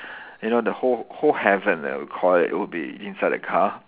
you know the whole whole heaven that we call it would be inside a car